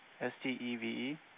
S-T-E-V-E